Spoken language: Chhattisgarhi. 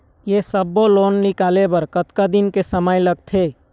ये सब्बो लोन निकाले बर कतका दिन के समय लगथे?